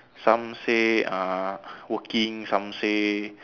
some say uh working some say